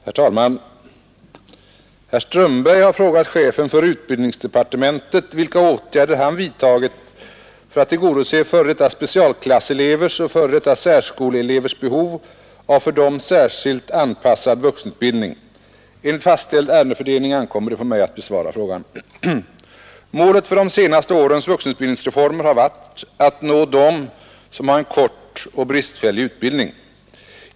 Herr talman! Herr Strömberg har frågat chefen för utbildningsdepartementet vilka åtgärder han vidtagit för att tillgodose f. d. specialklasselevers och f. d. särskoleelevers behov av för dem särskilt anpassad vuxenutbildning. Enligt fastställd ärendefördelning ankommer det på mig att besvara frågan. Målet för de senaste årens vuxenutbildningsreformer har varit att nå dem som har en kort och bristfällig utbildning.